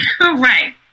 right